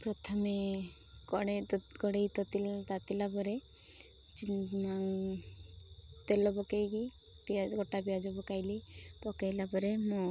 ପ୍ରଥମେ କଢ଼େଇ କଢ଼େଇ ତାତିଲା ପରେ ତେଲ ପକାଇକି ପିଆଜ କଟା ପିଆଜ ପକାଇଲି ପକାଇଲା ପରେ ମୁଁ